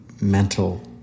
mental